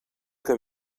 que